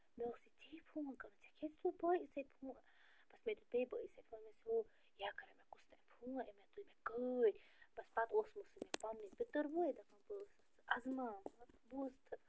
مےٚ اوسٕے ژے فون کَرُن ژےٚ کیٛازِ دیُتُتھ بٲیِس اَتھِ فون بس مےٚ دیُت بیٚیہِ بٲیِس اَتھِ فون مےٚ ووٚنُس ہو یہِ کَران مےٚ کُستام فون أمۍ ہا تُلۍ مےٚ کٲڑۍ بس پتہٕ اوسمُت سُہ مےٚ پنٛنُے پِتٕر بوے دَپان بہٕ اوسَتھ ژٕ ازماوان بوٗزتھٕ